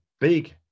big